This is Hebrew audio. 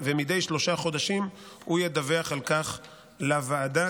ומדי שלושה חודשים הוא ידווח על כך לוועדה,